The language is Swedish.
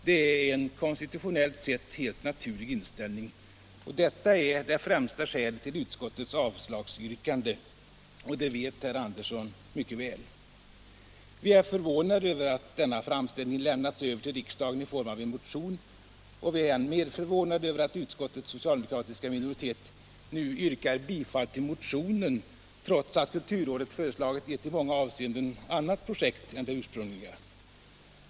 Det är en konstitutionellt sett helt naturlig inställning. Detta är det främsta skälet till utskottets avslagsyrkande, och det vet herr Andersson i Lycksele mycket väl. Vi är förvånade över att denna framställning lämnats över till riksdagen i form av en motion, och vi är ännu mer förvånade över att utskottets socialdemokratiska minoritet nu yrkar bifall till motionen, trots att kulturrådet föreslagit ett i många avseenden annat projekt än det ursprungliga.